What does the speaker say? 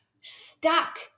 stuck